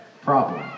problem